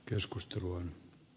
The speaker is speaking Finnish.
keskustelun